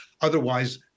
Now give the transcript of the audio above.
Otherwise